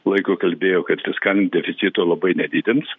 laiko kalbėjo kad fiskalinio deficito labai nedidins